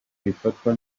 bifatwa